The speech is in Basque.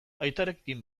aitarekin